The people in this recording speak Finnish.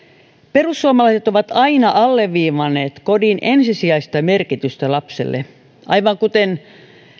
perussuomalaiset ovat aina alleviivanneet kodin ensisijaista merkitystä lapselle aivan kuten